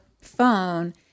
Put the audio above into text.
phone